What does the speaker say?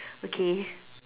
okay